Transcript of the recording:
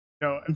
No